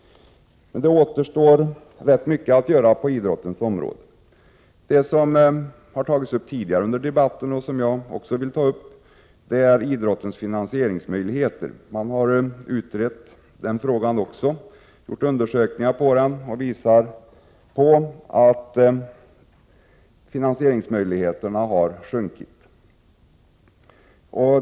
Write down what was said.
Det återstår dock ganska mycket att göra på det idrottsliga området. Jag skall beröra frågan om idrottens finansieringsmöjligheter, en fråga som redan tidigare har berörts i debatten. Gjorda undersökningar visar att finansieringsmöjligheterna har minskat.